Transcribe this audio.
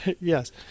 yes